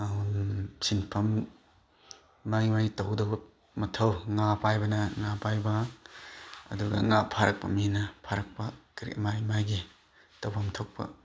ꯁꯤꯟꯐꯝ ꯃꯥꯒꯤ ꯃꯥꯒꯤ ꯇꯧꯒꯗꯕ ꯃꯊꯧ ꯉꯥ ꯄꯥꯏꯕꯅ ꯉꯥ ꯄꯥꯏꯕ ꯑꯗꯨꯒ ꯉꯥ ꯐꯥꯔꯛꯄ ꯃꯤꯅ ꯐꯥꯔꯛꯄ ꯀꯔꯤ ꯃꯥꯒꯤ ꯃꯥꯒꯤ ꯇꯧꯐꯝꯊꯣꯛꯄ